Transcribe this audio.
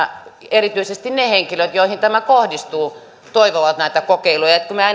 erityisesti ne henkilöt joihin tämä kohdistuu toivovat näitä kokeiluja kun